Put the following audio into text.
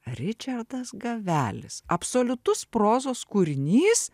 ričardas gavelis absoliutus prozos kūrinys